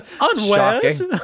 unwed